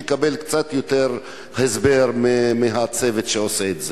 תקבל קצת יותר הסבר מהצוות שעושה את זה.